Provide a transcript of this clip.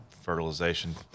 fertilization